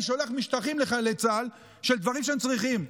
אני שולח לחיילי צה"ל משטחים של דברים שהם צריכים,